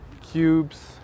cubes